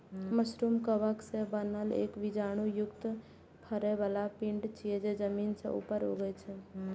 mushroom कवक सं बनल एक बीजाणु युक्त फरै बला पिंड छियै, जे जमीन सं ऊपर उगै छै